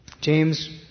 James